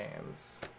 games